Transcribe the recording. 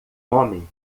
homem